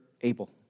able